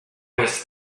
was